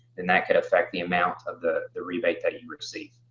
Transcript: then that could affect the amount of the the rebate that you receive.